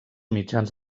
mitjans